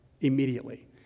immediately